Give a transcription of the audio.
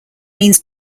means